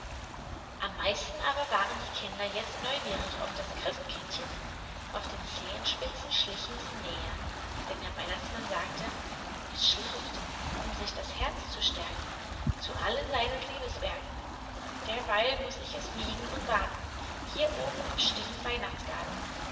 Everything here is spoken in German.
am meisten aber waren die kinder jetzt neugierig auf das christkindchen auf den zehenspitzen schlichen sie näher denn der weihnachtsmann sagte es schläft um sich das herz zu stärken zu allen seinen liebeswerken derweil muß ich es wiegen und warten hier oben im stillen weihnachtsgarten